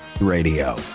radio